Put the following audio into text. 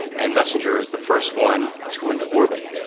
and messenger is the first one to go into orbit.